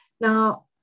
now